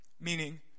Meaning